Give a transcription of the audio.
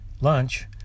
lunch